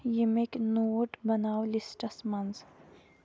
ییٚمیٚکۍ note بناو lists منز